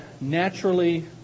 naturally